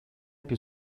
più